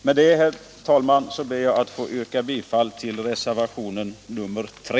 Med detta, herr talman, ber jag att få yrka bifall till reservationen 3.